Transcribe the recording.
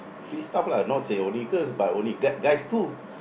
free stuff lah not say only girls but only g~ guys too